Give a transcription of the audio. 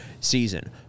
season